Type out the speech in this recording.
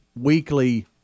weekly